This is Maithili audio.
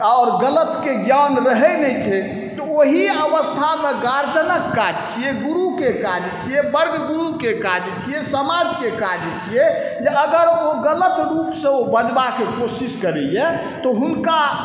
आओर गलतके ज्ञान रहै नहि छै तऽ ओहि अवस्थामे गर्जिअनके काज छिए गुरुके काज छिए वर्ग गुरुके काज छिए समाजके काज छिए अगर ओ गलत रूपसँ बाजबाके कोशिश करैए तऽ हुनका